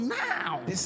now